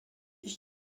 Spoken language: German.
ich